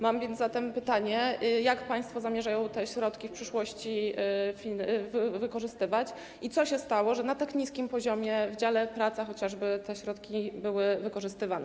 Mam zatem pytanie, jak państwo zamierzają te środki w przyszłości wykorzystywać, i co się stało, że na tak niskim poziomie w dziale: Praca chociażby te środki były wykorzystywane.